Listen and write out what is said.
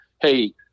hey